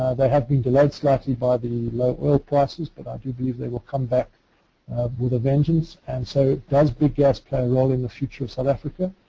there have been delayed slightly by the low oil prices but i do believe they will come back with a vengeance and so does big gas play a role in the future of south africa?